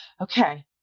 okay